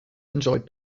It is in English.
enjoyed